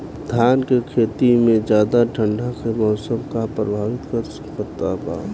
धान के खेती में ज्यादा ठंडा के मौसम का प्रभावित कर सकता बा?